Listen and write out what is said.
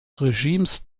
regimes